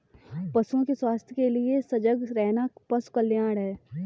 पशुओं के स्वास्थ्य के लिए सजग रहना पशु कल्याण है